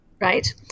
right